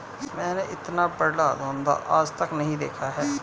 मैंने इतना बड़ा घोंघा आज तक नही देखा है